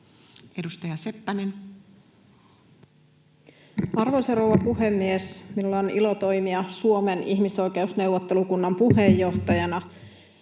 Content: Arvoisa rouva puhemies! Minulla on ilo toimia Suomen ihmisoikeusneuvottelukunnan puheenjohtajana,